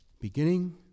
beginning